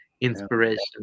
inspiration